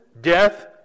Death